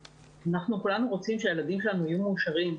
כולנו רוצים שהילדים שלנו יהיו מאושרים,